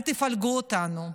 אל תפלגו אותנו,